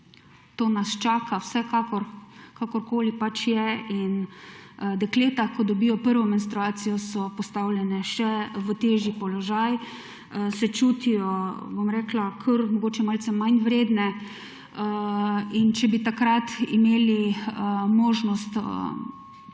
to nas čaka vsekakor, kakorkoli pač je. In dekleta, ko dobijo prvo menstruacijo, so postavljene še v težji položaj, se čutijo, bom rekla, kar mogoče malce manjvredne. In če bi takrat imeli možnost